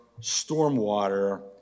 stormwater